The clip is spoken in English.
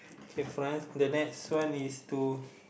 say France the next one is to